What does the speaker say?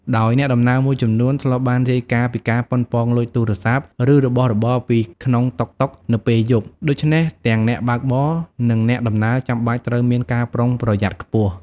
ដោយអ្នកដំណើរមួយចំនួនធ្លាប់បានរាយការណ៍ពីការប៉ុនប៉ងលួចទូរស័ព្ទ ឬរបស់របរពីក្នុងតុកតុកនៅពេលយប់ ដូច្នេះទាំងអ្នកបើកបរ និងអ្នកដំណើរចាំបាច់ត្រូវមានការប្រុងប្រយ័ត្នខ្ពស់។